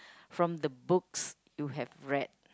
from the books you have read